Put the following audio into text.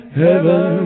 heaven